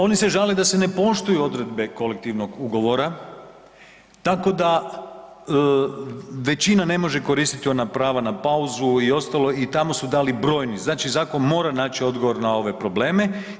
Oni se žale da se ne poštuju odredbe kolektivnog ugovora tako da većina ne može koristiti ona prava na pauzu i ostalo i tamo su dali brojni, znači zakon mora naći odgovor na ove probleme.